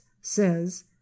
says